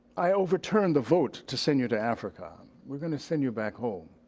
i overturned the vote to send you to africa. we're going to send you back home.